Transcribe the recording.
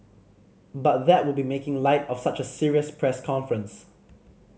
but that would be making light of such a serious press conference